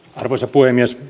arvoisa puhemies